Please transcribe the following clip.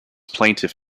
plaintiff